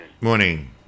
Morning